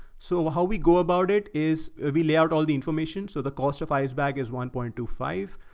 so how we go about it is we lay out all the information. so the cost of ice bag is one point two five.